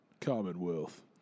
Commonwealth